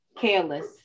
careless